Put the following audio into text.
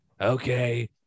okay